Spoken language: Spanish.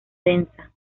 densa